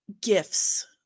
gifts